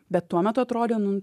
bet tuo metu atrodė n